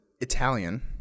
Italian